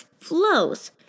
flows